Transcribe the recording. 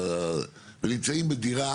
ונמצאים בדירה